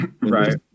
Right